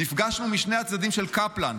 נפגשנו משני הצדדים של קפלן.